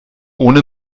ohne